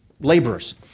laborers